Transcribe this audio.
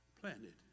planted